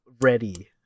ready